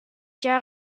gia